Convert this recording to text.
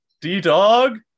D-Dog